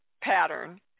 pattern